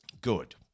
Good